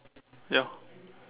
ya